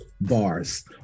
bars